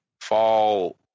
fall